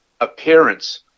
appearance